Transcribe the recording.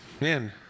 man